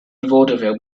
vaudeville